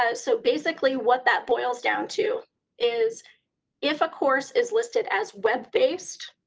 ah so basically what that boils down to is if a course is listed as web-based,